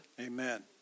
Amen